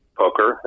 poker